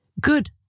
good